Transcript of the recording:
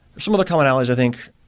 some of the commonalities, i think,